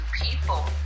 people